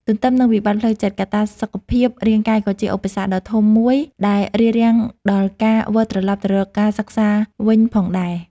ទន្ទឹមនឹងវិបត្តិផ្លូវចិត្ត កត្តាសុខភាពរាងកាយក៏ជាឧបសគ្គដ៏ធំមួយដែលរារាំងដល់ការវិលត្រឡប់ទៅរកការសិក្សាវិញផងដែរ។